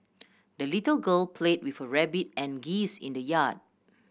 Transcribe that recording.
the little girl play with her rabbit and geese in the yard